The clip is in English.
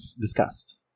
discussed